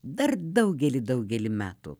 dar daugelį daugelį metų